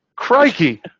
Crikey